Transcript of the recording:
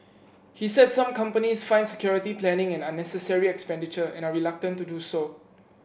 he said some companies find security planning an unnecessary expenditure and are reluctant to do so